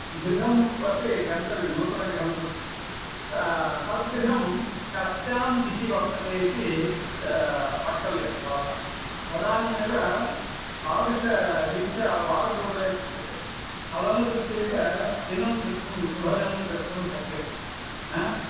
गृहं प्रति गन्तव्यं नूतनगृहं प्रति तद्गृहं कस्यां दिशि वर्तते इति वक्तव्यं भवता तदानीमेव तादृशारीत्या वारशूला इत्युच्यते तदनुसृत्यैव दिनं द्रष्टुं शुभदिनं द्रष्टुं शक्यते